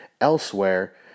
elsewhere